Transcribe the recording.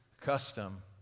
custom